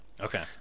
Okay